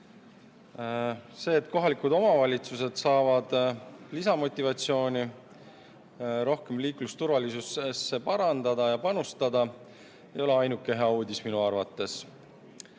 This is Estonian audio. See, et kohalikud omavalitsused saavad lisamotivatsiooni rohkem liiklusturvalisusesse panustada, ei ole ainuke hea uudis minu arvates.